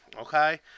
okay